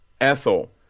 Ethel